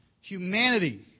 Humanity